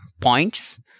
points